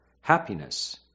happiness